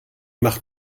macht